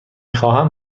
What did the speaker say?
خواهم